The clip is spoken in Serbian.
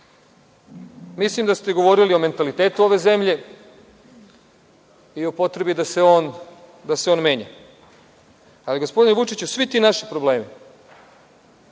Mislim da ste govorili o mentalitetu ove zemlje i o potrebi da se on menja. Ali, gospodine Vučiću, svi ti naši problemi,